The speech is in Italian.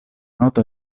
noto